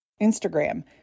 Instagram